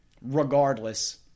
regardless